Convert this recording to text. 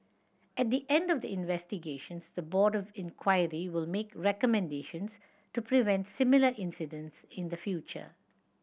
at the end of the investigations the Board of Inquiry will make recommendations to prevent similar incidents in the future